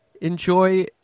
enjoy